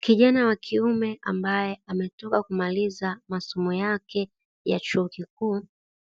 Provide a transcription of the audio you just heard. Kijana wa kiume ambaye ametoka kumaliza masomo yake ya chuo kikuu,